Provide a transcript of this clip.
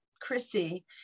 chrissy